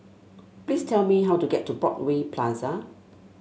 please tell me how to get to Broadway Plaza